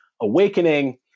awakening